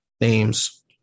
names